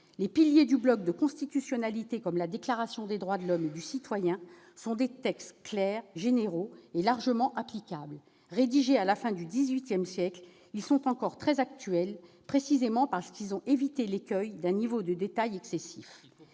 Les piliers du bloc de constitutionnalité, comme la Déclaration des droits de l'homme et du citoyen, sont des textes clairs, généraux et largement applicables. Rédigés à la fin du XVIII siècle, ils sont encore très actuels, précisément parce qu'ils ont évité l'écueil d'un niveau de détail excessif.